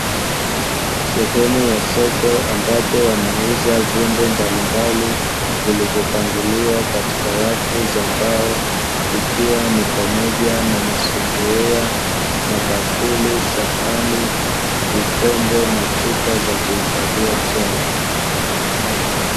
Sehemu ya soko ambapo wanauza vyombo mbalimbali vilivyopangiliwa katika rafu za mbao ikiwa ni pamoja na masufuria, mabakuli, sahani, vikombe na chupa za kuhifadhia chai.